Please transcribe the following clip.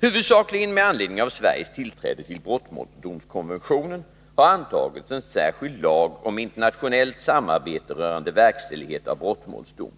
Huvudsakligen med anledning av Sveriges tillträde till brottmålsdomskonventionen har antagits en särskild lag om internationellt samarbete rörande verkställighet av brottmålsdom .